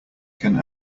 can